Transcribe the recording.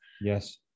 Yes